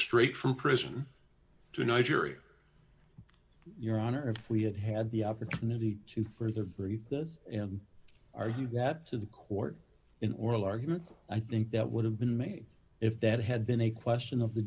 straight from prison to no jury your honor if we had had the opportunity to further brief those argue that to the court in oral arguments i think that would have been made if that had been a question of the